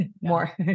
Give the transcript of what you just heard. more